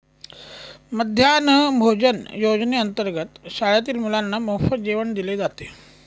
मध्यान्ह भोजन योजनेअंतर्गत शाळेतील मुलांना मोफत जेवण दिले जाते